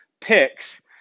picks